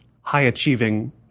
high-achieving